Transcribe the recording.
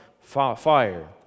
fire